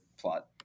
plot